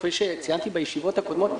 כפי שציינתי בישיבות הקודמות,